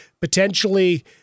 potentially